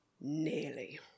nearly